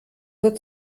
wird